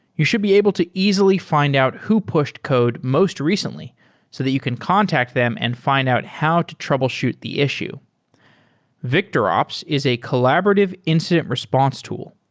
you should be able to easily fi nd out who pushed code most recently so that you can contact them and fi nd out how to troubleshoot the issue victorops is a collaborative incident response tool.